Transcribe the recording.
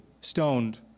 stoned